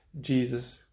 Jesus